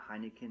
Heineken